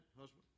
husband